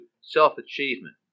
self-achievement